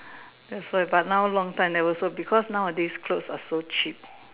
that's why but now long time never sew because nowadays clothes are so cheap